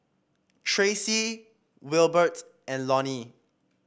Tracie Wilbert and Lonnie